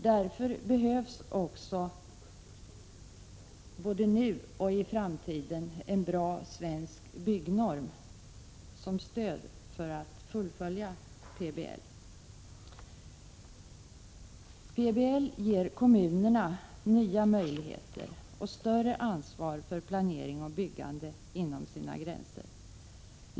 Därför behövs också både nu och i framtiden en bra svensk byggnorm som stöd för arbetet med att fullfölja PBL. PBL ger kommunerna nya möjligheter och större ansvar för planering och byggande inom sina gränser.